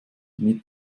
mit